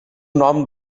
nom